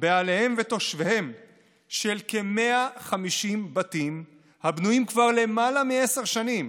בעליהם ותושביהם של כ-150 בתים הבנויים כבר למעלה מעשר שנים,